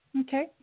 Okay